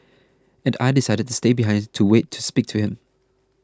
and I decided to stay behind to wait to speak to him